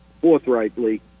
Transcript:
forthrightly